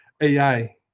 AI